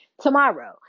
tomorrow